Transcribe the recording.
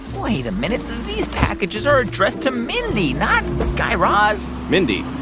wait a minute these packages are addressed to mindy, not guy raz mindy?